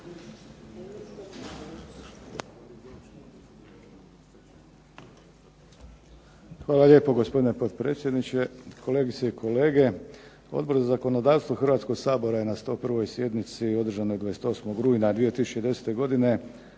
Hvala lijepo gospodine potpredsjedniče, kolegice i kolege. Odbor za zakonodavstvo hrvatskog sabora je na 101. sjednici održanoj 28. rujna 2010. godine